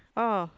oh